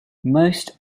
most